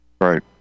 Right